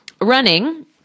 running